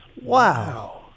Wow